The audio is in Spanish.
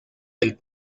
del